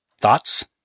Thoughts